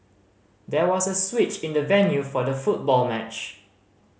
there was a switch in the venue for the football match